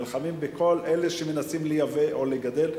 נלחמים בכל מי שמנסים לייבא או לגדל,